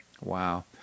Wow